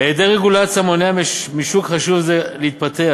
היעדר רגולציה מונע משוק חשוב זה להתפתח,